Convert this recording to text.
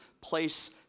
place